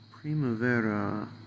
primavera